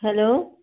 hello